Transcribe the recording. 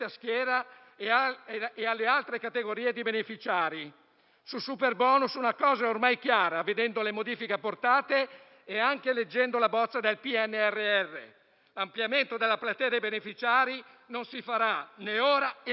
e alle altre categorie di beneficiari. Sul superbonus una cosa ormai è chiara, vedendo le modifiche apportate e anche leggendo la bozza del PNRR: l'ampliamento della platea dei beneficiari non si farà, né ora e né mai.